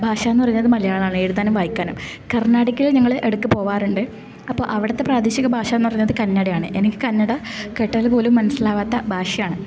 ഭാഷാന്ന് പറയുന്നത് മലയാളമാണ് എഴുതാനും വായിക്കാനും കർണാടകയിൽ ഞങ്ങള് ഇടയ്ക്ക് പോകാറുണ്ട് അപ്പം അവിടുത്തെ പ്രാദേശിക ഭാഷാന്ന് പറയുന്നത് കന്നടയാണ് എനിക്ക് കന്നഡ കേട്ടാല് പോലും മനസ്സിലാകാത്ത ഭാഷയാണ്